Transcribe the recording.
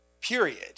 period